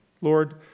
Lord